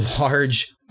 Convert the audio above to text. Large